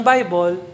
Bible